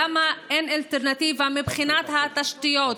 למה אין אלטרנטיבה מבחינת התשתיות,